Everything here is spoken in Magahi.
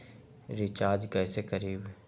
रिचाज कैसे करीब?